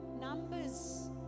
numbers